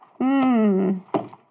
Mmm